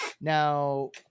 Now